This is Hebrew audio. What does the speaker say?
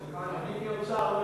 נתקבלה.